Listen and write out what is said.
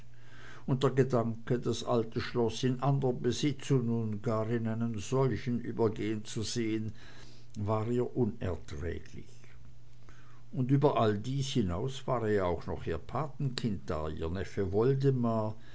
und der gedanke das alte schloß in andern besitz und nun gar in einen solchen übergehen zu sehen war ihr unerträglich und über all dies hinaus war ja noch ihr patenkind da ihr neffe woldemar